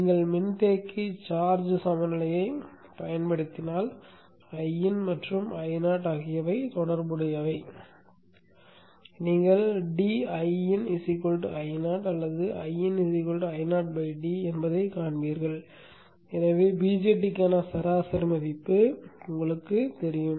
நீங்கள் மின்தேக்கி சார்ஜ் சமநிலையைப் பயன்படுத்தினால் Iin மற்றும் Io ஆகியவை தொடர்புடையவை நீங்கள் d Iin Io அல்லது Iin Io d என்பதைக் காண்பீர்கள் எனவே BJTக்கான சராசரி மதிப்பு உங்களுக்குத் தெரியும்